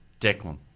Declan